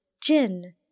JIN